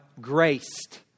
graced